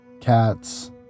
cats